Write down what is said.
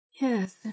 Yes